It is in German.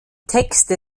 texte